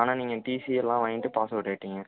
ஆனால் நீங்க டிசி எல்லாம் வாங்கிட்டு பாஸ் அவுட் ஆயிட்டிங்க